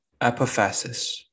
Apophasis